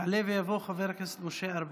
יעלה ויבוא חבר הכנסת משה ארבל.